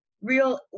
real